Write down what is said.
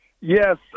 Yes